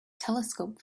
telescope